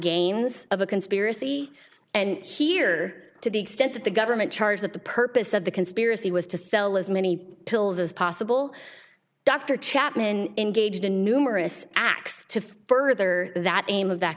gains of a conspiracy and here to the extent that the government charges that the purpose of the conspiracy was to sell as many pills as possible dr chapman engaged in numerous acts to further that aim of that